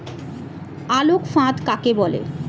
আলোক ফাঁদ কাকে বলে?